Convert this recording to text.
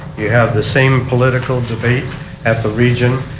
you have the same political debate at the region.